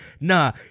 nah